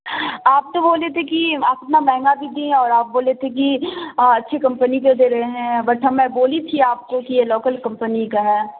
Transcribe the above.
آپ تو بولے تھے کہ آپ اتنا مہنگا دیجیے اور آپ بولے تھے کہ اچھی کمپنی کے دے رہے ہیں بٹ ہم میں بولی تھی آپ کو کہ یہ لوکل کمپنی کا ہے